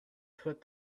put